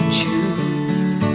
choose